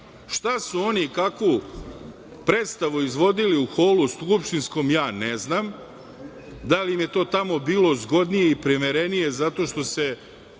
su oni i kakvu predstavu izvodili u holu skupštinskom ja ne znam da li im je to tamo bilo zgodnije i primerenije zato što se